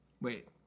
Wait